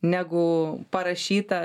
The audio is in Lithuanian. negu parašyta